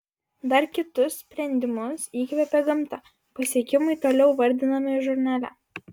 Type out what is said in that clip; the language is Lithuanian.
dar kitus sprendimus įkvėpė gamta pasiekimai toliau vardinami žurnale